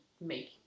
make